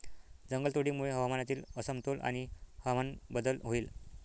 जंगलतोडीमुळे हवामानातील असमतोल आणि हवामान बदल होईल